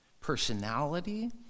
personality